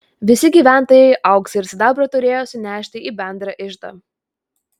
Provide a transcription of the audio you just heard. visi gyventojai auksą ir sidabrą turėjo sunešti į bendrą iždą